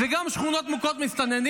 וגם לשכונות מוכות מסתננים